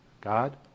God